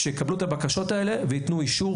שיקבלו את הבקשות האלה ויתנו אישור,